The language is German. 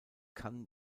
kann